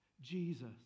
Jesus